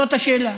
זאת השאלה.